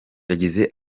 yagize